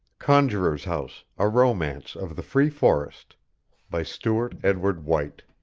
conjuror's house a romance of the free forest by stewart edward white